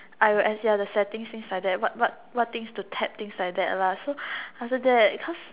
I_O_S ya the settings things like that what what what things to tap thing like that lah so after that cause